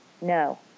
No